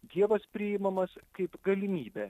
dievas priimamas kaip galimybė